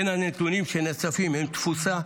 בין הנתונים שנאספים, תפיסה,